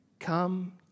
Come